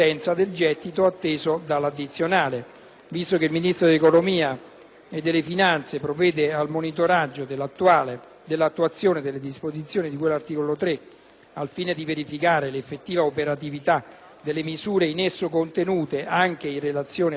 e delle finanze provvede al monitoraggio dell'attuazione delle disposizioni di cui all'articolo 3 al fine di verificare l'effettiva operatività delle misure in esso contenute anche in relazione al gettito atteso dall'introduzione dell'addizionale all'imposta sul reddito delle società.